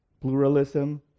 pluralism